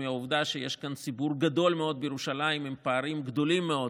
מהעובדה שיש כאן ציבור גדול מאוד בירושלים עם פערים גדולים מאוד